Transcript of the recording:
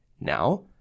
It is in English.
Now